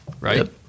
right